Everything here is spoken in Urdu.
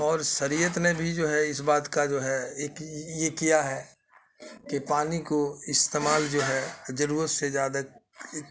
اور شریعت نے بھی جو ہے اس بات کا جو ہے ایک یہ کیا ہے کہ پانی کو استعمال جو ہے ضرورت سے زیادہ